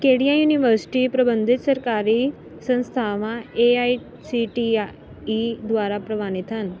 ਕਿਹੜੀਆਂ ਯੂਨੀਵਰਸਿਟੀ ਪਰਬੰਧਿਤ ਸਰਕਾਰੀ ਸੰਸਥਾਵਾਂ ਏ ਆਈ ਸੀ ਟੀ ਆ ਈ ਦੁਆਰਾ ਪ੍ਰਵਾਨਿਤ ਹਨ